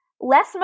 Less